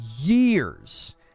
years